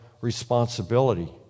responsibility